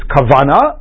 Kavana